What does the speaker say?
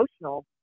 emotional